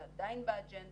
זה עדיין באג'נדה,